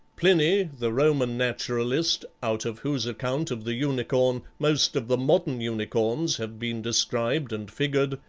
pliny, the roman naturalist, out of whose account of the unicorn most of the modern unicorns have been described and figured,